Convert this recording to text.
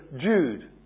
Jude